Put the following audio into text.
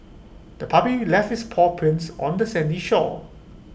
the puppy left its paw prints on the sandy shore